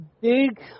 big